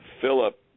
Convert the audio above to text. Philip